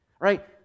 right